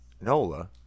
Nola